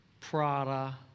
Prada